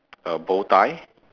a bowtie